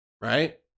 Right